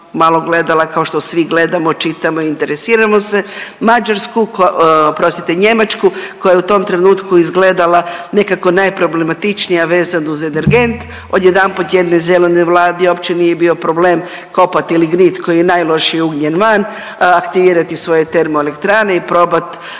malo gledala kao što svi gledamo, čitamo i interesiramo se, Mađarsku, oprostite Njemačku koja je u tom trenutku izgledala nekako najproblematičnija vezano uz energent, odjedanput jednoj zelenoj vladi uopće nije bio problem kopati lignit koji je najlošiji ugljen van, aktivirati svoje termoelektrane i probat